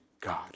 God